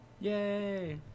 yay